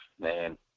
Man